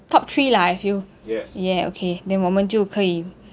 top three lah I feel yeah okay then 我们就可以